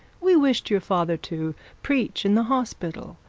we wished your father to preach in the hospital,